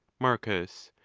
marcus.